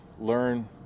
learn